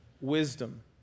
wisdom